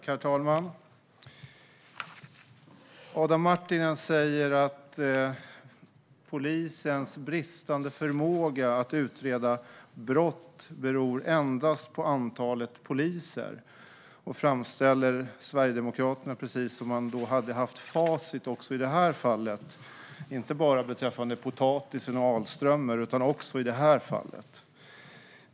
Herr talman! Adam Marttinen säger att polisens bristande förmåga att utreda brott beror endast på antalet poliser. Han framställer Sverigedemokraterna som om de hade haft facit inte bara beträffande potatisen och Alströmer utan också i det här fallet.